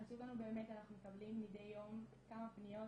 חשוב לנו באמת, אנחנו מקבלים מדיי יום כמה פניות,